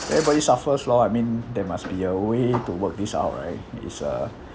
everybody suffers lor I mean there must be a way to work this out right it's a